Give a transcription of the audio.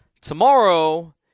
Tomorrow